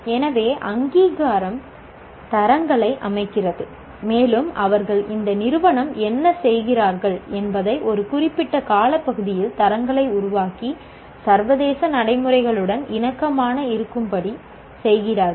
எனவே அங்கீகாரம் தரங்களை அமைக்கிறது மேலும் அவர்கள் இந்த நிறுவனம் என்ன செய்கிறார்கள் என்பதை ஒரு குறிப்பிட்ட காலப்பகுதியில் தரங்களை உருவாக்கி சர்வதேச நடைமுறைகளுடன் இணக்கமாக இருக்கும்படி செய்கிறார்கள்